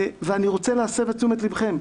ואני רוצה להסב את תשומת לבכם,